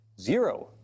zero